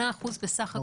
8% בסך הכול.